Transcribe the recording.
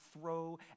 throw